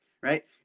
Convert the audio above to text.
Right